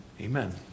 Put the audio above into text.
Amen